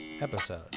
episode